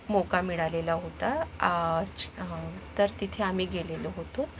मोका मिळालेला होता तर तिथे आम्ही गेलेलो होतो